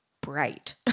bright